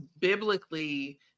biblically